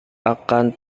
akan